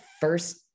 first